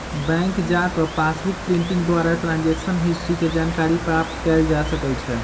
bank जा कऽ passbook printing द्वारा ट्रांजैक्शन हिस्ट्री के जानकारी प्राप्त कएल जा सकइ छै